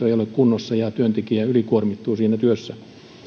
ei ole kunnossa ja työntekijä ylikuormittuu siinä työssä